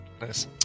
nice